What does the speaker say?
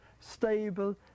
stable